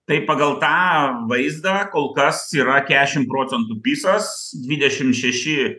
tai pagal tą vaizdą kol kas yra kešim procentų pisas dvidešim šeši